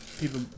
people